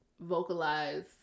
vocalize